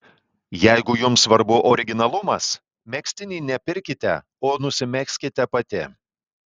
jeigu jums svarbu originalumas megztinį ne pirkite o nusimegzkite pati